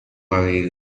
avei